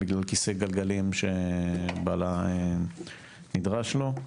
בגלל כיסא גלגלים שבעלה נדרש לו.